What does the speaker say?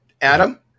Adam